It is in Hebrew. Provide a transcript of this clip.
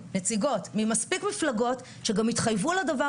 או כמות הפרגיות שמועברות אלינו להטלה,